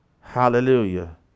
Hallelujah